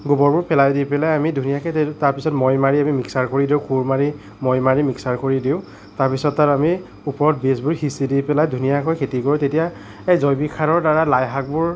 গোবৰবোৰ পেলাই দি পেলাই আমি ধুনীয়াকে তাৰ পিছত মৈ মাৰি মিক্সাৰ কৰি দিওঁ কোৰ মাৰি মৈ মাৰি মিক্সাৰ কৰি দিওঁ তাৰ পিছত তাত আমি ওপৰত বীজবোৰ সিঁচি দি পেলাই ধুনীয়াকৈ খেতি কৰোঁ তেতিয়া এই জৈৱিক সাৰৰ দ্বাৰা লাই শাকবোৰ